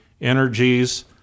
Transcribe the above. energies